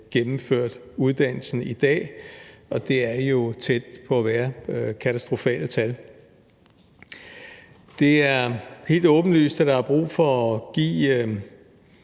gennemført uddannelsen i dag. Og det er jo tæt på at være katastrofale tal. Det er helt åbenlyst, at der er brug for at give